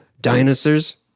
Dinosaurs